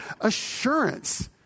assurance